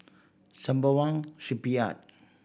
Sembawang Shipyard